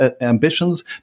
ambitions